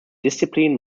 discipline